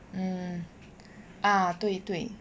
mm uh 对对